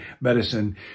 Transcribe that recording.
medicine